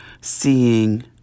seeing